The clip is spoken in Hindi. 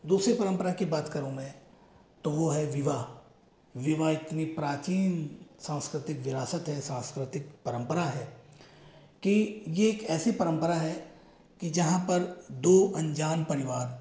दूसरी परम्परा की बात करुँ मैं तो वो है विवाह विवाह इतनी प्राचीन सांस्कृतिक विरासत है सांस्कृतिक परम्परा है कि ये एक ऐसी परम्परा है की जहाँ पर दो अंजान परिवार